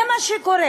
זה מה שקורה.